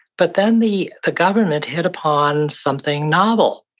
but then the the government hit upon something novel.